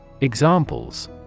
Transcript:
Examples